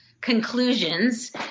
conclusions